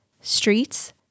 streets